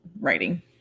writing